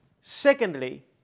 Secondly